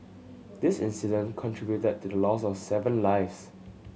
this incident contributed to the loss of seven lives